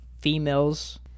females